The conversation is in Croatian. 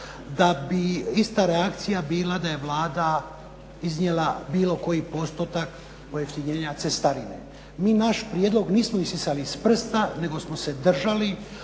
da bi ista reakcija bila da je Vlada iznijela bilo koji postotak pojeftinjenja cestarine. Mi naš prijedlog nismo isisali iz prsta, nego smo se držali